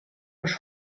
los